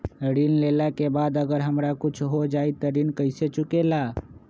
ऋण लेला के बाद अगर हमरा कुछ हो जाइ त ऋण कैसे चुकेला?